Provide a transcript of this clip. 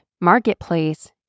marketplace